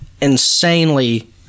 insanely